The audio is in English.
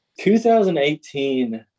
2018